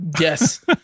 Yes